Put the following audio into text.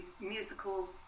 musical